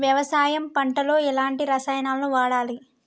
వ్యవసాయం పంట లో ఎలాంటి రసాయనాలను వాడాలి?